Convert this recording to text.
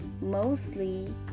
mostly